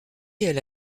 elle